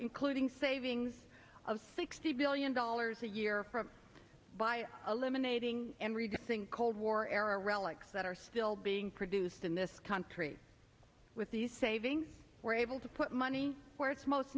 including savings of sixty billion dollars a year from by eliminating and reducing cold war era relics that are still being produced in this country with these savings were able to put money where it's most